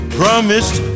promised